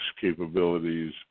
capabilities